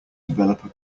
developer